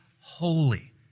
holy